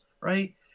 right